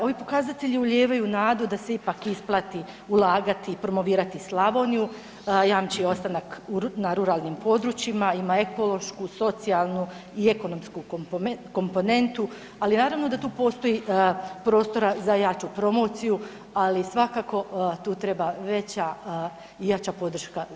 Ovi pokazatelji ulijevaju nadu da se ipak isplati ulagati i promovirati Slavoniju, jamči ostanak na ruralnim područjima, ima ekološku, socijalnu i ekonomsku komponentu, ali naravno da tu postoji prostora za jaču promociju, ali svakako tu treba veća i jača podrška države.